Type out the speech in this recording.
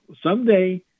someday